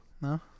no